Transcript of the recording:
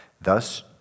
Thus